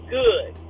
good